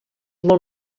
molt